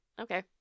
Okay